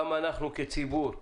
גם אנחנו כציבור,